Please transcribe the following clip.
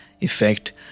effect